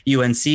UNC